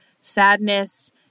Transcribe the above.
sadness